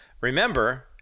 remember